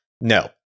No